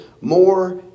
more